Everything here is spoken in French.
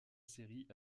série